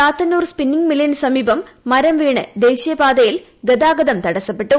Chathannoor spinning മില്ലിന് സമീപം മരംവീണ് ദേശീയപാതയിൽ ഗതാഗതം തടസ്സപ്പെട്ടു